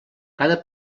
cada